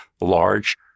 large